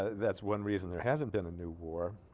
that's one reason there hasn't been a new war